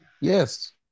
Yes